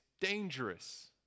dangerous